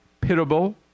pitiable